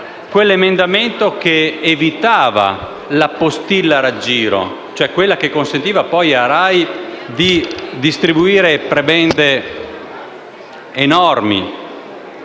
l'emendamento che evitava la postilla-raggiro, ossia quella che consentiva alla RAI di distribuire prebende enormi.